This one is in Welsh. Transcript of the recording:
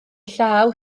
llaw